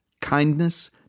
kindness